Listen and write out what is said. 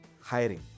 hiring